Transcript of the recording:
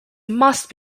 must